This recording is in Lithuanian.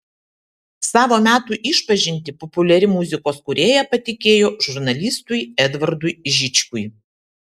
savo metų išpažintį populiari muzikos kūrėja patikėjo žurnalistui edvardui žičkui